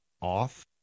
off